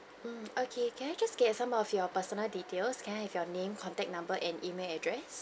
mm okay can I just get some of your personal details can I have your name contact number and email address